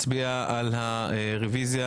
פוליטי?